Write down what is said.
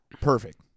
perfect